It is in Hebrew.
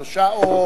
שלושה שבועות,